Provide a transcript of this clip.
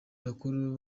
bakuru